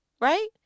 right